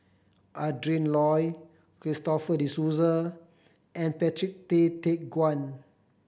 Adrin Loi Christopher De Souza and Patrick Tay Teck Guan